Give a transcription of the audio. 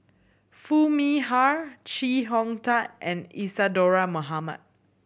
Foo Mee Har Chee Hong Tat and Isadhora Mohamed